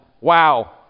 Wow